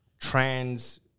trans